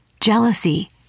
Jealousy